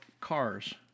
cars